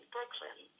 Brooklyn